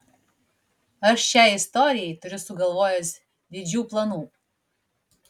aš šiai istorijai turiu sugalvojęs didžių planų